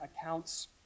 accounts